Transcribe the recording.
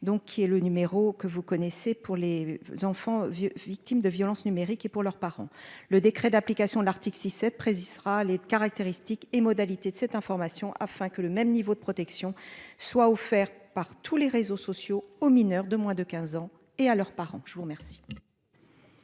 il est le numéro que vous connaissez pour les enfants victimes de violence numérique et pour leurs parents le décret d'application de l'article 6 7, précisera les caractéristiques et modalités de cette information afin que le même niveau de protection soient offerts par tous les réseaux sociaux aux mineurs de moins de 15 ans et à leurs parents. Je vous remercie.